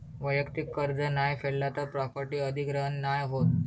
वैयक्तिक कर्ज नाय फेडला तर प्रॉपर्टी अधिग्रहण नाय होत